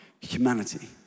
Humanity